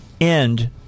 end